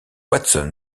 watson